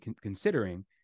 considering